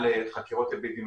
העבירו איכוני